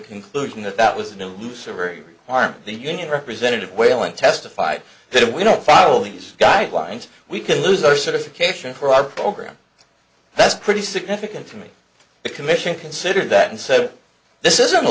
conclusion that that was an illusory harm the union representative wailing testified that if we don't follow these guidelines we could lose our certification for our program that's pretty significant to me it commission considered that and said this is